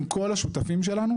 עם כל השותפים שלנו,